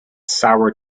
sour